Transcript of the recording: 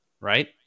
right